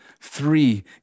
Three